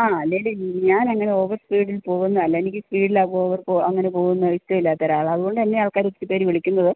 ആ അല്ലേലും ഞാൻ അങ്ങനെ ഓവർസ്പീഡിൽ പോവുന്നത് അല്ല എനിക്ക് സ്പീഡിലാണ് അങ്ങനെ പോവുന്നെ ഇഷ്ട്ടമില്ലാത്ത ഒരാളാണ് അതുകൊണ്ടാണ് എന്നെ ആൾക്കാർ ഒത്തിരിപ്പേർ വിളിക്കുന്നത്